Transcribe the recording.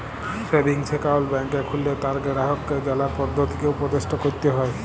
savings account ব্যাংকে খুললে তার গেরাহককে জালার পদধতিকে উপদেসট ক্যরতে হ্যয়